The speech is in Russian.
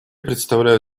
предоставляю